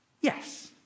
Yes